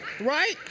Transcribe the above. Right